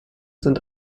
sind